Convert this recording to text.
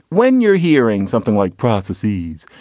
when you're hearing something like prostheses,